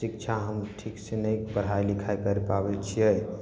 शिक्षा हम ठीक सऽ नहि पढ़ाइ लिखाइ करि पाबै छियै